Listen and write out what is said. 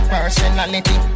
Personality